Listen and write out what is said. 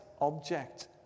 object